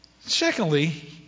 Secondly